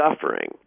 suffering